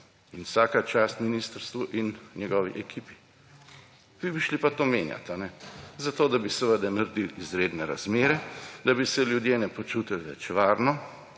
Vsaka čast ministrstvu in njegovi ekipi! Vi bi šli pa to menjat! Zato da bi, seveda, naredili izredne razmere, da bi se ljudje ne počutili več varno,